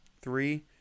three